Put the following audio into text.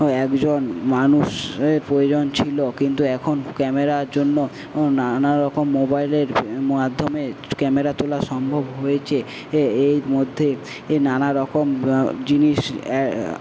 একজন মানুষ এর প্রয়োজন ছিল কিন্তু এখন ক্যামেরার জন্য নানা রকম মোবাইলের মাধ্যমে ক্যামেরা তোলা সম্ভব হয়েছে এই মধ্যে নানারকম জিনিস